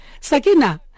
Sakina